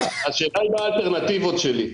השאלה היא מה האלטרנטיבות שלי,